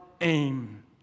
aim